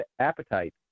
appetite